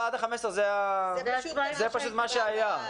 עד 15 בינואר זה פשוט מה שהיה.